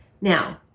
Now